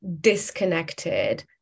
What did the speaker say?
disconnected